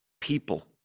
people